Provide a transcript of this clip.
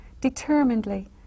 determinedly